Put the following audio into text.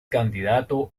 candidato